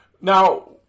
now